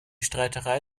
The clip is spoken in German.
streiterei